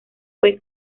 fue